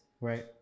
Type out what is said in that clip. Right